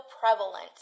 prevalent